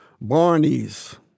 Barney's